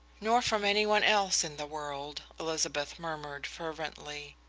nor from any one else in the world, elizabeth murmured fervently.